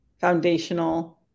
foundational